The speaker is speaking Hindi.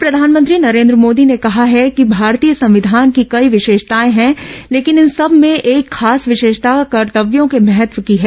वहीं प्रधानमंत्री नरेन्द्र मोदी ने कहा है कि भारतीय संविधान की कई विशेषताए हैं लेकिन इन सब में एक खास विशेषता कर्तव्यों के महत्व की है